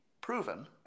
proven